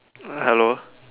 hello